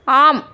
ஆம்